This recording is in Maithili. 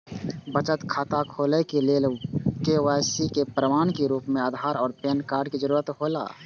बचत खाता खोले के लेल के.वाइ.सी के प्रमाण के रूप में आधार और पैन कार्ड के जरूरत हौला